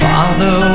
Father